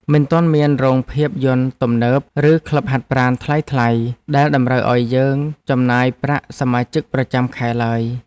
មិនទាន់មានរោងភាពយន្តទំនើប ឬក្លឹបហាត់ប្រាណថ្លៃៗដែលតម្រូវឱ្យយើងចំណាយប្រាក់សមាជិកប្រចាំខែឡើយ។